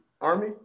army